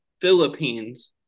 Philippines